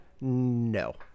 no